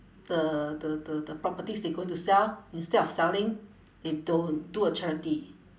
the the the the properties they going to sell instead of selling they don't do a charity